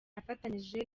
afatanyije